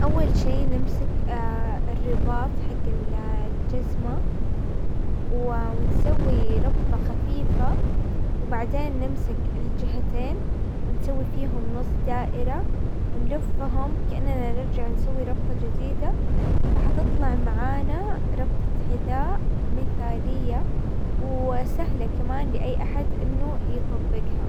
اول شي نمسك الرباط حق الجزمة، ونسوي ربطة خفيفة، وبعدين نمسك الجهتين ،ونسوي فيهم نص دائرة، ونلفهم كاننا نرجع نسوي ربطة جديدة، فحتطلع معانا ربطة حذاء مثالية، وسهلة كمان لاي احد انه يطبقها.